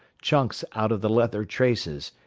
chunks out of the leather traces,